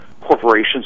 Corporations